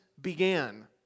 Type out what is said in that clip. began